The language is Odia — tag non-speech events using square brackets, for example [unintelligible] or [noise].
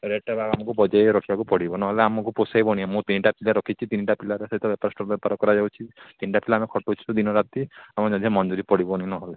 ରେଟ୍ଟା ଆମ ବଜେଇ ରଖିବାକୁ ପଡ଼ିବ ନ ହେଲେ ଆମକୁ ପୋଷେଇବନି ମୁଁ ତିନିଟା ପିଲା ରଖିଛି ତିନିଟା ପିଲାର ସହିତ [unintelligible] ବେପାର କରାଯାଉଛି ତିନିଟା ପିଲା ଆମେ ଖଟଉଛୁ ଦିନରାତି ଆମ ମଜୁରୀ ପଡ଼ିବନି ନ ହେଲେ